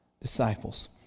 disciples